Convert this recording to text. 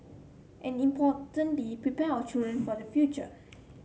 and importantly prepare our children for the future